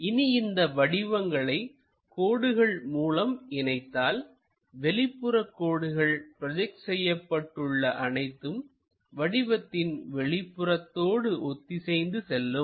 இனி இந்த வடிவங்களை கோடுகள் மூலம் இணைத்தால் வெளிப்புற கோடுகள் ப்ரோஜெக்ட் செய்யப்பட்டுள்ள அனைத்தும் வடிவத்தின் வெளிப்புறதோடு ஒத்திசைந்து செல்லும்